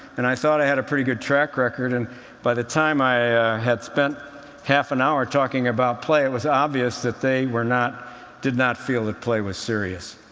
and i thought i had a pretty good track record, and by the time i had spent half an hour talking about play, it was obvious that they were not did not feel that play was serious.